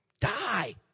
Die